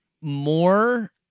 more